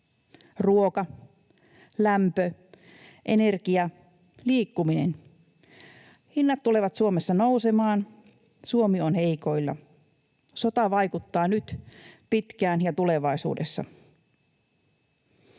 Ruoka, lämpö, energia, liikkuminen — hinnat tulevat Suomessa nousemaan. Suomi on heikoilla. Sota vaikuttaa nyt, pitkään ja tulevaisuudessa.